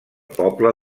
poble